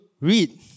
read